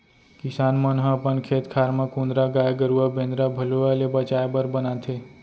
किसान मन ह अपन खेत खार म कुंदरा गाय गरूवा बेंदरा भलुवा ले बचाय बर बनाथे